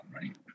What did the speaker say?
right